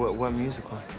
what what musical?